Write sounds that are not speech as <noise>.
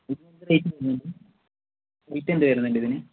<unintelligible>